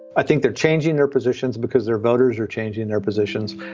i think they're changing their positions because their voters are changing their positions.